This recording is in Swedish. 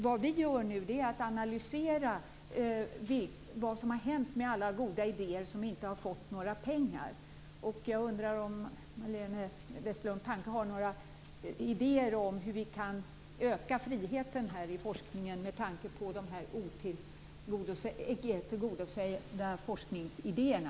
Vad vi gör nu är att analysera vad som har hänt med alla goda idéer som inte har fått några pengar. Jag undrar om Majléne Westerlund Panke har några idéer om hur vi kan öka friheten i forskningen med tanke på de här icke tillgodosedda forskningsidéerna.